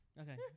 Okay